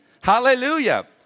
Hallelujah